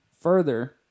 further